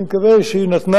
אני מקווה שהיא נתנה,